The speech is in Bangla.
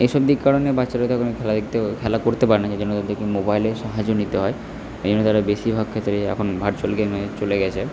এই সব দিক কারণে বাচ্চারা তো এখন আর খেলা দেখতে খেলা করতে পারে না সেই জন্য তাদেরকে মোবাইলের সাহায্য নিতে হয় এই জন্য তারা বেশিরভাগ ক্ষেত্রেই এখন ভার্চুয়াল গেমে চলে গিয়েছে